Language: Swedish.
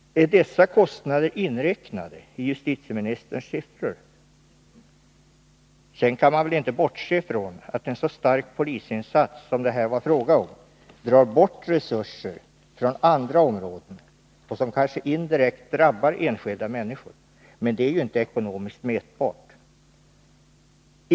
Är dessa kostnader inräknade i justitieministerns siffror? Sedan kan man väl inte bortse från att en så stark polisinsats som det här var fråga om drar resurser från andra områden, vilket kanske indirekt drabbar enskilda människor. Men det är ju inte ekonomiskt mätbart.